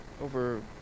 over